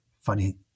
funny